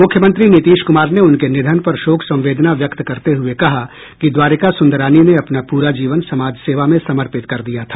मुख्यमंत्री नीतीश कुमार ने उनके निधन पर शोक संवेदना व्यक्त करते हुए कहा कि द्वारिका सुंदरानी ने अपना पूरा जीवन समाज सेवा में समर्पित कर दिया था